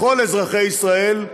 לכל אזרחי ישראל,